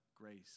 grace